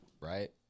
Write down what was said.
Right